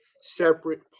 separate